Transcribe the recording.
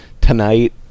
tonight